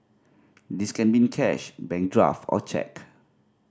this can be in cash bank draft or cheque